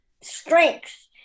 strength